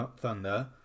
Thunder